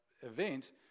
event